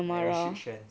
I will shoot them